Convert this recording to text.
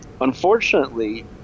unfortunately